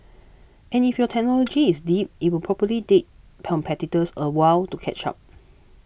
and if your technology is deep it will probably take competitors a while to catch up